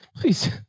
Please